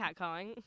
catcalling